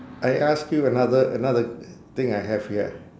I ask you another another thing I have here